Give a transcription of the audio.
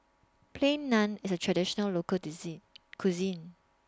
Plain Naan IS A Traditional Local Cuisine